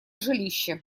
жилище